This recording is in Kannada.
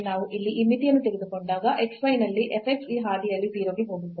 ನಾವು ಇಲ್ಲಿ ಈ ಮಿತಿಯನ್ನು ತೆಗೆದುಕೊಂಡಾಗ x y ನಲ್ಲಿ f x ಈ ಹಾದಿಯಲ್ಲಿ 0 ಗೆ ಹೋಗುತ್ತದೆ